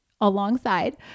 alongside